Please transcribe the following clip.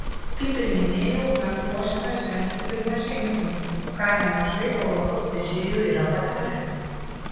kaip ir minėjau mes ruošiamės žengti pirmą žingsnį ką nemažai europos vežėjų yra padarę